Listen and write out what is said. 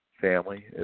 family